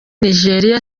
nigeria